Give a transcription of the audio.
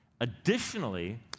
Additionally